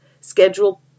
Schedule